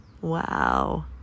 Wow